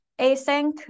async